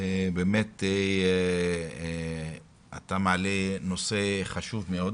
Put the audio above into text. באמת אתה מעלה נושא חשוב מאוד